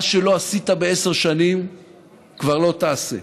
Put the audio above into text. מה שלא עשית בעשר שנים כבר לא תעשה,